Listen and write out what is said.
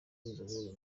inzobere